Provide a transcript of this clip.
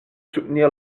soutenir